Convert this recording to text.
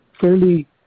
fairly